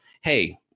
hey